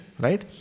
right